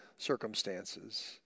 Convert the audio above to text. Circumstances